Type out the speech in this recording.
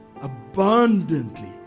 abundantly